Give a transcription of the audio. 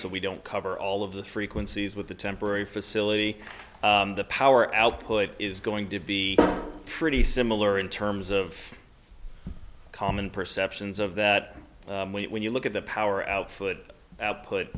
so we don't cover all of the frequencies with the temporary facility the power output is going to be pretty similar in terms of common perceptions of that we look at the power output output